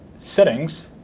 settings,